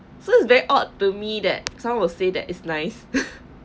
so it's very odd to me that someone will say that it's nice